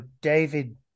David